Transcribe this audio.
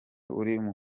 urimo